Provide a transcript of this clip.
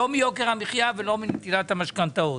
לא מיוקר המחיה ולא מנטילת המשכנתאות.